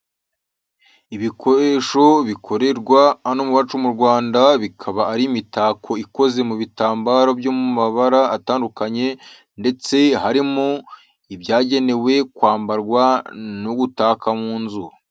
Ibikoresho bikorerwa hano iwacu mu Rwanda, bikaba ari imitako ikoze mu bitambaro byo mu mabara atandukanye ndetse harimo ibyagenewe kwambarwa no gutaka mu nzu,